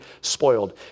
spoiled